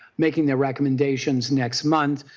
making the recommendations next month.